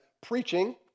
preaching